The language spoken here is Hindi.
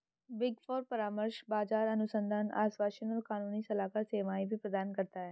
बिग फोर परामर्श, बाजार अनुसंधान, आश्वासन और कानूनी सलाहकार सेवाएं भी प्रदान करता है